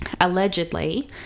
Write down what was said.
Allegedly